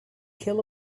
kill